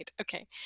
okay